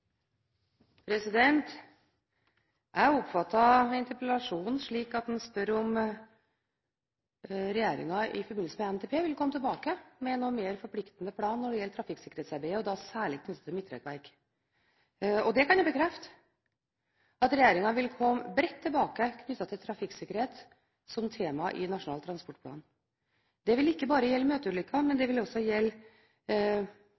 Jeg oppfatter interpellasjonen slik at den spør om regjeringen vil komme tilbake med en mer forpliktende plan når det gjelder trafikksikkerhetsarbeidet, særlig knyttet til midtrekkverk, i forbindelse med NTP. Jeg kan bekrefte at regjeringen vil komme bredt tilbake til trafikksikkerhet som tema i Nasjonal transportplan. Det vil ikke bare gjelde møteulykker, men det